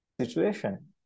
situation